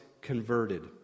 converted